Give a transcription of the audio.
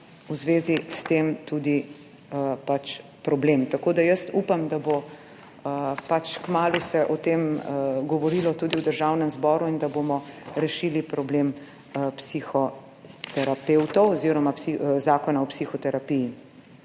v zvezi s tem tudi problem. Tako da upam, da se bo kmalu o tem govorilo tudi v Državnem zboru in da bomo rešili problem psihoterapevtov oziroma zakona o psihoterapiji.